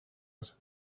and